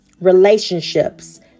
Relationships